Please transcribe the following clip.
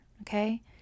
okay